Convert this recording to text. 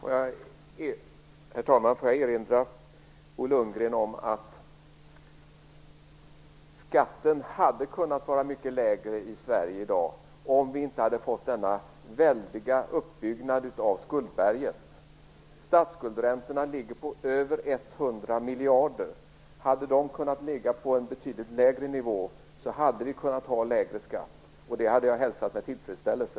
Herr talman! Får jag erinra Bo Lundgren om att skatten hade kunnat vara mycket lägre i Sverige i dag om vi inte hade fått denna väldiga uppbyggnad av skuldberget. Statsskuldräntorna ligger på över 100 miljarder. Hade de kunnat ligga på en betydligt lägre nivå så hade vi kunnat ha lägre skatt, och det hade jag hälsat med tillfredsställelse.